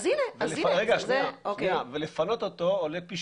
ואם זה יגיע מהקנסות או יגיע ממקומות אחרים